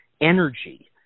energy